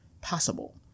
possible